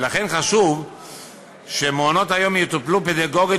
ולכן חשוב שמעונות-היום יטופלו פדגוגית